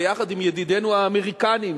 ביחד עם ידידינו האמריקנים,